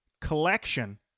Collection